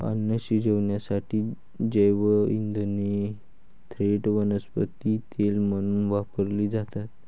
अन्न शिजवण्यासाठी जैवइंधने थेट वनस्पती तेल म्हणून वापरली जातात